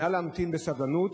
נא להמתין בסבלנות,